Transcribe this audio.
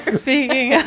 speaking